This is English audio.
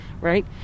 right